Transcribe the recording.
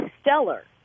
stellar